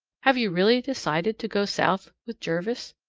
have you really decided to go south with jervis?